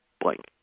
Blank